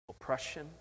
oppression